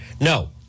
No